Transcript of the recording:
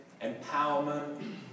Empowerment